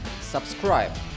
subscribe